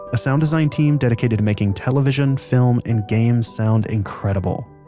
a sound design team dedicated to making television, film, and games sound incredible.